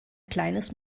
kleines